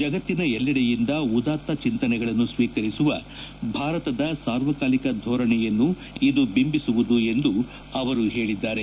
ಜಗತ್ತಿನ ಎಲ್ಲೆಡೆಯಿಂದ ಉದಾತ್ತ ಚಂತನೆಗಳನ್ನು ಸ್ವೀಕರಿಸುವ ಭಾರತದ ಸಾರ್ವಕಾಲಿಕ ಧೋರಣೆಯನ್ನು ಇದು ಬಿಂಬಿಸುವುದು ಎಂದು ಅವರು ಹೇಳದ್ದಾರೆ